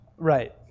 Right